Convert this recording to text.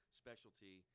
specialty